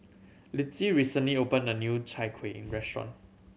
Litzy recently opened a new Chai Kueh restaurant